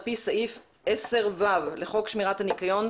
על פי סעיף 10ו לחוק שמירת הניקיון,